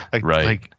Right